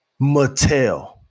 Mattel